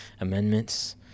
amendments